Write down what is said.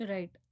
Right